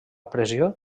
pressió